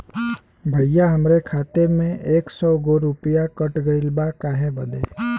भईया हमरे खाता मे से सौ गो रूपया कट गइल बा काहे बदे?